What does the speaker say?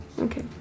okay